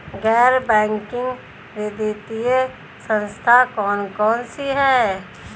गैर बैंकिंग वित्तीय संस्था कौन कौन सी हैं?